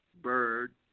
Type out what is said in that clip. bird